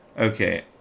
okay